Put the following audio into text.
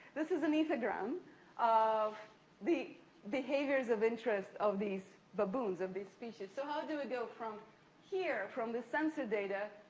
this is an ethogram of the behaviors of interest of these baboons, of this species. so, how do we go from here, from the census data,